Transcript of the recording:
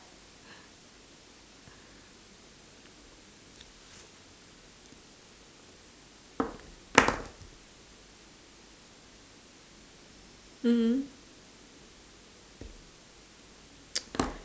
mmhmm